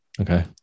Okay